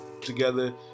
together